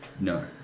No